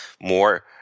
more